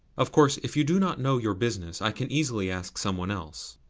of course, if you do not know your business i can easily ask some one else.